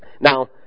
Now